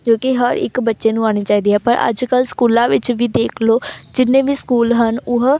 ਜੋ ਕਿ ਹਰ ਇੱਕ ਬੱਚੇ ਨੂੰ ਆਉਣੀ ਚਾਹੀਦੀ ਹੈ ਪਰ ਅੱਜ ਕੱਲ੍ਹ ਸਕੂਲਾਂ ਵਿੱਚ ਵੀ ਦੇਖ ਲਓ ਜਿੰਨੇ ਵੀ ਸਕੂਲ ਹਨ ਉਹ